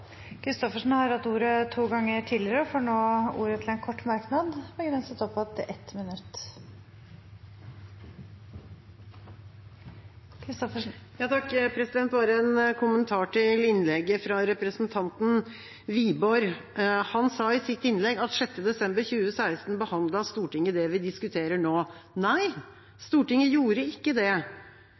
Christoffersen har hatt ordet to ganger tidligere og får ordet til en kort merknad, begrenset til 1 minutt. Bare en kommentar til innlegget fra representanten Wiborg. Han sa i sitt innlegg at 6. desember 2016 behandlet Stortinget det vi diskuterer nå. Nei, Stortinget gjorde ikke det.